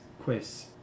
Quiz